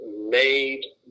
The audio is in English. made